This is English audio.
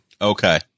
Okay